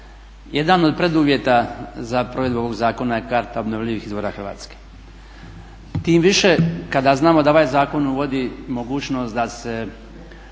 jedan od preduvjeta za provedbu ovog zakona je karta obnovljivih izvora Hrvatske. Tim više kada znamo da ovaj zakon uvodi mogućnost da se